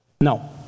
No